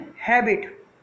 habit